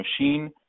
machine